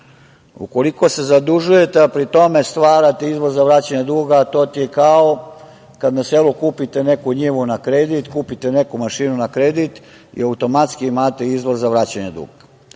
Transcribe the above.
duga. Ukoliko se zadužujete, a pri tome stvarate izvoz za vraćanje duga, to je kao kada na selu kupite neku njivu na kredit, kupite neku mašinu na kredit i automatski imate izvoz za vraćanje duga.